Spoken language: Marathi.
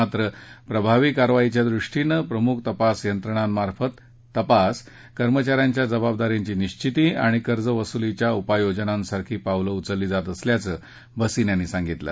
मात्र प्रभावी कारवाईच्या दृष्टीनं प्रमुख तपास यंत्रणामार्फत तपास कर्मचा यांच्या जबाबदारीची निश्विती आणि कर्जवसुलीच्या उपाय योजनांसारखी पावलं उचलली जात असल्याचं भसिन यांनी सांगितलं